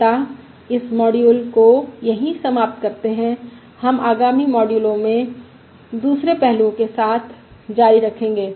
अतः इस मॉड्यूल को यही समाप्त करते हैं हम आगामी मॉड्यूस में दूसरे पहलुओं के साथ जारी रखेंगे